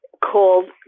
called